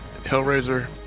Hellraiser